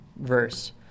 verse